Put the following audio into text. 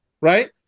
right